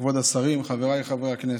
כבוד השרים, חבריי חברי הכנסת,